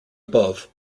above